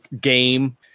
game